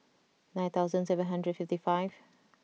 nine thousand seven hundred fifty five